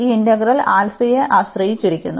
ഈ ഇന്റഗ്രൽ ആൽഫയെ ആശ്രയിച്ചിരിക്കുന്നു